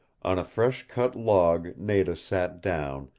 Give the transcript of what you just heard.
on a fresh-cut log nada sat down,